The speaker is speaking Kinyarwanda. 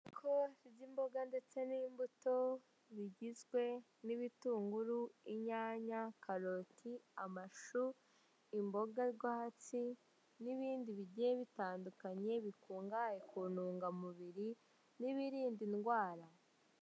Isoko ririrmo imboga ndetse n'imbuto rigizwe n'ibitunguru, inyanya, karoti, amashu n'imboga rwatsi. Nibindi bigiye bitandukanye bikungahaye ku nunga mubiri ni birinda indwara.